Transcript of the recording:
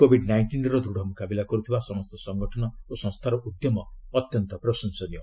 covid ନାଇଷ୍ଟିନ୍ର ଦୃଢ଼ ମୁକାବିଲା କରୁଥିବା ସମସ୍ତ ସଂଗଠନ ଓ ସଂସ୍ଥାର ଉଦ୍ୟମ ପ୍ରଶଂସନୀୟ